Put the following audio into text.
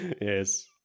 Yes